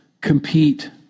compete